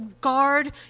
guard